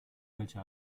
welche